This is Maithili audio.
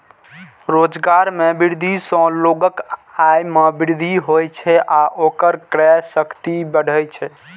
रोजगार मे वृद्धि सं लोगक आय मे वृद्धि होइ छै आ ओकर क्रय शक्ति बढ़ै छै